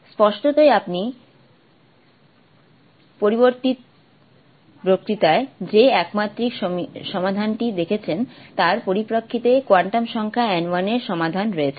স্পষ্টতই আপনি পূর্ববর্তী বক্তৃতায় যে একমাত্রিক সমাধানটি দেখেছেন তার পরিপ্রেক্ষিতে কোয়ান্টাম সংখ্যা n 1 এর সমাধান রয়েছে